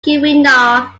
keweenaw